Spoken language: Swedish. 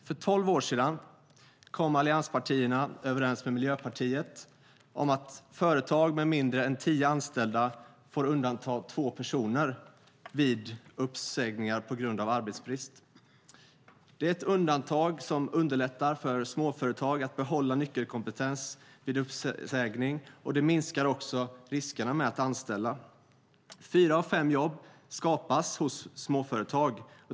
För tolv år sedan kom allianspartierna överens med Miljöpartiet om att företag med mindre än tio anställda får undanta två personer vid uppsägningar på grund av arbetsbrist. Det är ett undantag som underlättar för småföretag att behålla nyckelkompetens vid uppsägning. Det minskar också riskerna med att anställa. Fyra av fem jobb skapas hos småföretag.